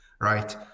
right